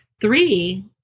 three